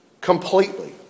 completely